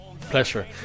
Pleasure